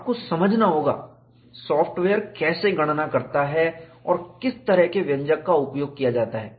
आपको समझना होगा सॉफ्टवेयर कैसे गणना करता है और किस तरह की व्यंजक का उपयोग किया जाता है